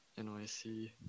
NYC